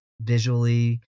visually